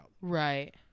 Right